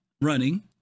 running